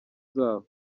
zabo